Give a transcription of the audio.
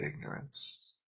ignorance